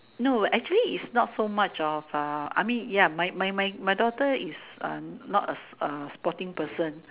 no actually is not so much of uh I mean ya my my my my daughter is um not a a sporting person